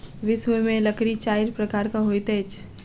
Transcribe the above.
विश्व में लकड़ी चाइर प्रकारक होइत अछि